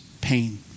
pain